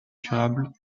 durables